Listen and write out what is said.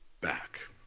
back